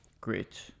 great